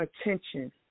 attention